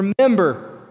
Remember